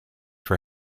for